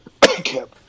Cap